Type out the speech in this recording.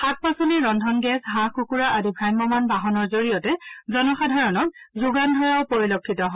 শাক পাচলি ৰন্ধন গেছ হাঁহ কুকুৰা আদি শ্ৰাম্যমান বাহনৰ জৰিয়তে জনসাধাৰণক যোগান ধৰাৰ ব্যৱস্থা কৰা হৈছে